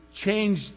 change